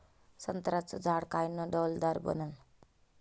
संत्र्याचं झाड कायनं डौलदार बनन?